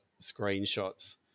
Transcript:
screenshots